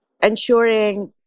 ensuring